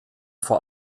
vor